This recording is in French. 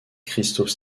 cristaux